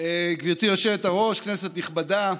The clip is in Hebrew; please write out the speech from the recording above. גברתי היושבת-ראש, כנסת נכבדה,